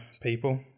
people